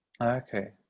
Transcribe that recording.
Okay